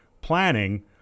planning